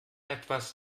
etwas